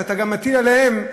אתה גם מטיל עליהן,